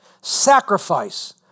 sacrifice